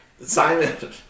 simon